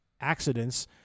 accidents